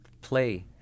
play